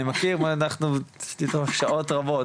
אני מכיר אנחנו איתם שעות רבות,